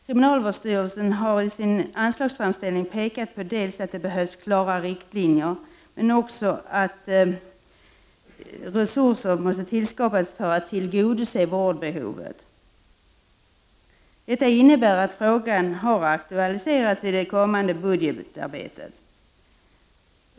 Kriminalvårdsstyrelsen har i sin anslagsframställning pekat på dels att det behövs klara riktlinjer, dels att resurser måste tillskapas för att tillgodose vårdbehovet. Detta innebär att frågan har aktualiserats i det kommande budgetarbetet.